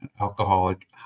Alcoholic